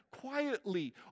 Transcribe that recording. quietly